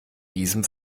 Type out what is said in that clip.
diesem